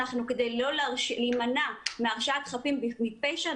כדי להימנע מהרשעת חפים מפשע,